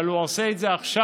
אבל הוא עושה את זה עכשיו